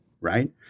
right